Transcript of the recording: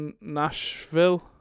Nashville